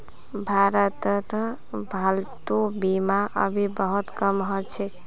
भारतत पालतू बीमा अभी बहुत कम ह छेक